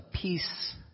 peace